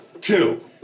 Two